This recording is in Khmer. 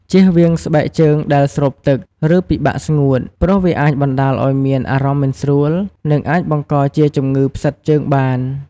ជៀសវាងស្បែកជើងដែលស្រូបទឹក ឬពិបាកស្ងួត ព្រោះវាអាចបណ្ដាលឲ្យមានអារម្មណ៍មិនស្រួល និងអាចបង្កជាជំងឺផ្សិតជើងបាន។